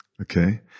Okay